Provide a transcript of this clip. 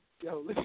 yo